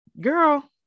girl